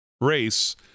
race